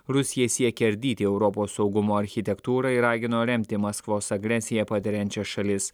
rusija siekia ardyti europos saugumo architektūrą ir ragino remti maskvos agresiją patiriančias šalis